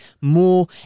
more